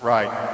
Right